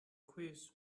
quiz